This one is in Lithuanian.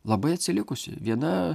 labai atsilikusi viena